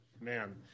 Man